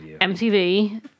MTV